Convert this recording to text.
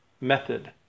method